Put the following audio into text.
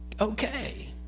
okay